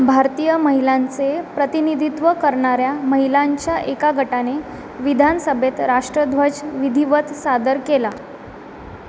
भारतीय महिलांचे प्रतिनिधित्व करणाऱ्या महिलांच्या एका गटाने विधानसभेत राष्ट्रध्वज विधिवत सादर केला